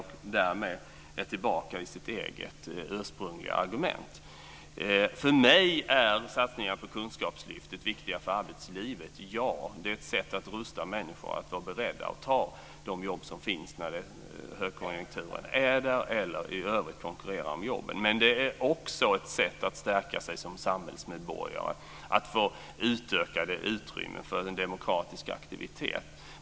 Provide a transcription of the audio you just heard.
Därmed är han tillbaka i sitt eget ursprungliga argument. För mig är satsningarna på Kunskapslyftet viktiga för arbetslivet. Det är ett sätt att rusta människor att vara beredda att ta de jobb som finns när det är högkonjunktur eller i övrigt konkurrera om jobben. Men det är också ett sätt att stärka sig som samhällsmedborgare, att få utökat utrymme för en demokratisk aktivitet.